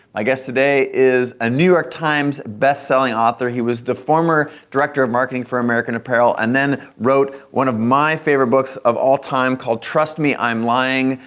my guest today is a new york times best selling author, he was the former director of marketing for american apparel and then wrote one of my favorite books of all time called trust me, i'm lying,